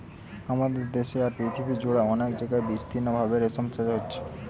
আমাদের দেশে আর পৃথিবী জুড়ে অনেক জাগায় বিস্তৃতভাবে রেশম চাষ হচ্ছে